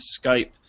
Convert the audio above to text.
Skype